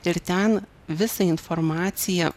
ir ten visą informaciją